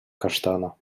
kasztana